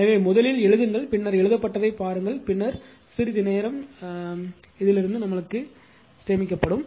எனவே முதலில் எழுதுங்கள் பின்னர் எழுதப்பட்டதைப் பாருங்கள் பின்னர் சிறிது நேரம் சேமிக்கப்படும்